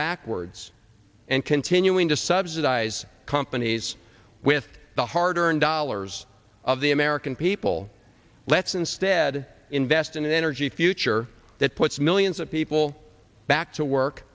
backwards and continuing to subsidize companies with the hard earned dollars of the american people let's instead invest in an energy future that puts millions of people back to work